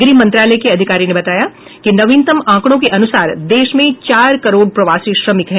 गृह मंत्रालय के अधिकारी ने बताया कि नवीनतम आंकड़ों के अनुसार देश में चार करोड़ प्रवासी श्रमिक हैं